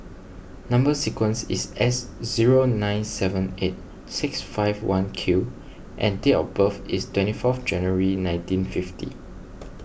Number Sequence is S zero nine seven eight six five one Q and date of birth is twenty fourth January nineteen fifty